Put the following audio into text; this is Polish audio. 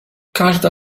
każda